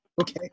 Okay